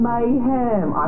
Mayhem